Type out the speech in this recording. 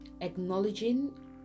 acknowledging